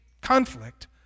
conflict